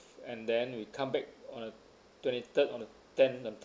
and then we come back on twenty third on the ten